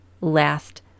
last